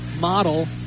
Model